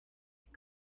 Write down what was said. had